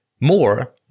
more